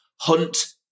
hunt